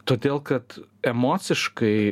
todėl kad emociškai